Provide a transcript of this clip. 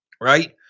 right